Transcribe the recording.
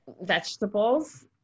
vegetables